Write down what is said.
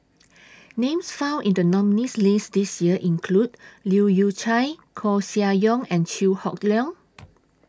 Names found in The nominees' list This Year include Leu Yew Chye Koeh Sia Yong and Chew Hock Leong